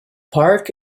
park